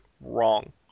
wrong